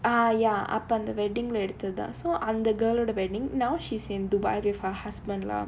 ah ya அப்போ:appo the wedding leh எடுத்ததுதான்:eduthathuthaan so அந்த:andha the vending now she's in dubai with her husband lah